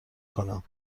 کنم